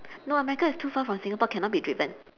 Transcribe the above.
no america is too far from singapore cannot be driven